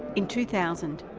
in two thousand,